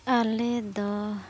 ᱟᱞᱮ ᱫᱚ